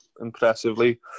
impressively